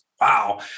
Wow